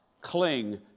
cling